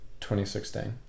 2016